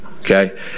Okay